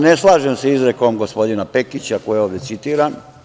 Ne slažem se sa izrekom gospodina Pekića, koji je ovde citiran.